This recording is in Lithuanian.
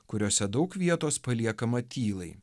kuriose daug vietos paliekama tylai